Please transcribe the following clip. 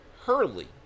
Hurley